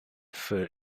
für